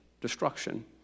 Destruction